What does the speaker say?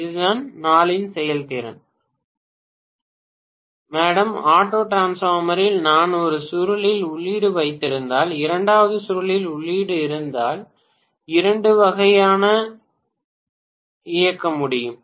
பேராசிரியர் மாணவர் உரையாடல் தொடங்குகிறது மாணவர் மேடம் ஆட்டோ டிரான்ஸ்பார்மரில் நாம் ஒரு சுருளில் உள்ளீடு வைத்திருந்தால் இரண்டாவது சுருளில் உள்ளீடு இருந்தால் இரண்டு வகையான 3403 இருக்க முடியும்